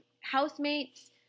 housemates